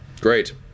Great